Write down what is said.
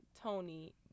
Tony